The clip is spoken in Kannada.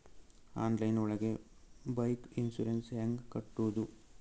ಆನ್ಲೈನ್ ಒಳಗೆ ಬೈಕ್ ಇನ್ಸೂರೆನ್ಸ್ ಹ್ಯಾಂಗ್ ಕಟ್ಟುದು?